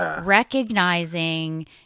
recognizing